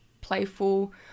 playful